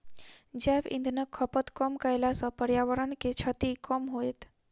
जैव इंधनक खपत कम कयला सॅ पर्यावरण के क्षति कम होयत